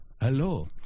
Hello